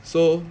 so